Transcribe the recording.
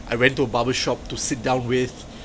I went to a barber shop to sit down with